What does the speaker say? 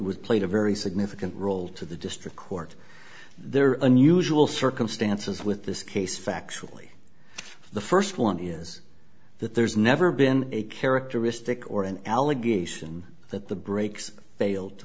was played a very significant role to the district court there are unusual circumstances with this case factually the first one is that there's never been a characteristic or an allegation that the brakes failed